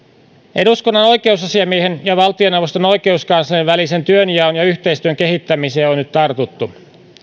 eduskunnan oikeusasiamiehen ja valtioneuvoston oikeuskanslerin välisen työnjaon ja yhteistyön kehittämiseen on on nyt tartuttu